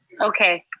okay.